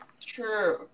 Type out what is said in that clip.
true